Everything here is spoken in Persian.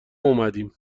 اومدیم